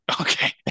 Okay